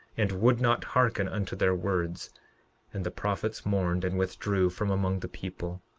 and would not hearken unto their words and the prophets mourned and withdrew from among the people.